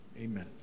Amen